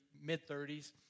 mid-30s